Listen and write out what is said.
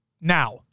now